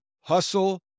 Hustle